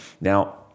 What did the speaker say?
Now